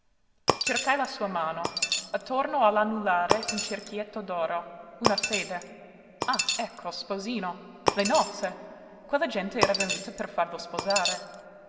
cercai la sua mano attorno all'anulare un cerchietto d'oro una fede ah ecco sposino le nozze quella gente era venuta per farlo sposare